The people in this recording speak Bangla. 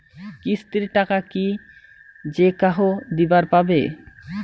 কিস্তির টাকা কি যেকাহো দিবার পাবে?